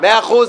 מאה אחוז.